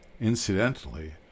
Incidentally